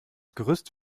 gerüst